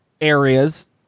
areas